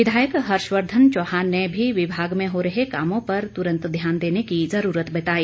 विधायक हर्षवर्धन चौहान ने भी विभाग में हो रहे कामों पर तुरंत ध्यान देने की जरूरत बताई